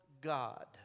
God